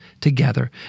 together